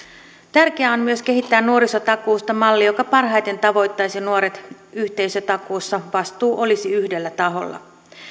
tärkeää on myös kehittää nuorisotakuusta malli joka parhaiten tavoittaisi nuoret yhteisötakuussa vastuu olisi yhdellä taholla